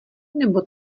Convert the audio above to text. nebo